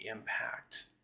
impact